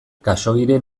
khaxoggiren